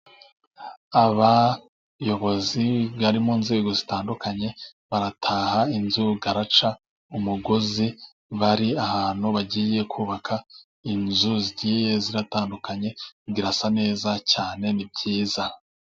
Abayobozi bari mu nzego zitandukanye barataha inzu, baraca umugozi, bari ahantu bagiye kubaka inzu zigiye ziratandukanye, birasa neza cyane, ni byiza.